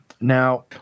Now